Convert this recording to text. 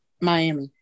Miami